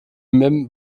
même